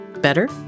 better